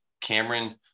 Cameron